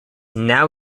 now